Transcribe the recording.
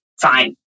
fine